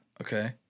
okay